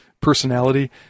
personality